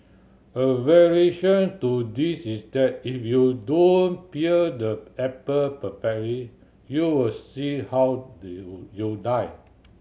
a variation to this is that if you don't peel the apple perfectly you will see how you die